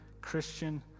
Christian